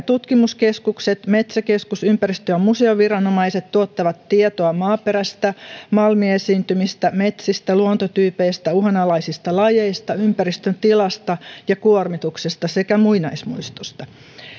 tutkimuskeskus luonnonvarakeskus metsäkeskus sekä ympäristö ja museoviranomaiset tuottavat tietoa maaperästä malmiesiintymistä metsistä luontotyypeistä uhanalaisista lajeista ympäristön tilasta ja kuormituksesta sekä muinaismuistoista